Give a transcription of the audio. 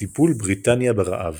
טיפול בריטניה ברעב